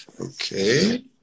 Okay